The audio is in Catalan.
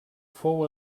fou